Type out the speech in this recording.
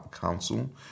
council